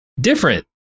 different